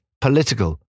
political